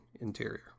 interior